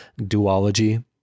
duology